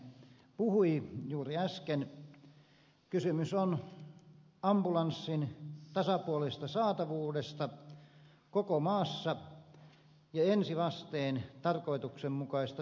kysymys on ambulanssin tasapuolisesta saatavuudesta koko maassa ja ensivasteen tarkoituksenmukaisesta toiminnasta